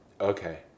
okay